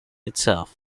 itself